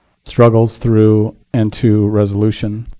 struggles through and to resolution.